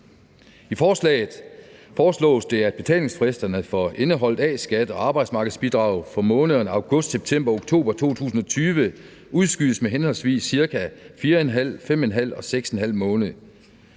I forslaget foreslås det, at betalingsfristerne for indeholdt A-skat og arbejdsmarkedsbidrag for månederne august, september og oktober 2020 udskydes med henholdsvis ca. 4½, 5½ og 6½ måned.